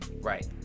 Right